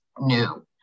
new